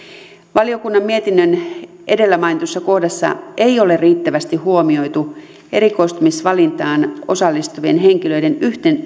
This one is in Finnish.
valiokunnan mietinnön edellä mainitussa kohdassa ei ole riittävästi huomioitu erikoistumisvalintaan osallistuvien henkilöiden